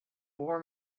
war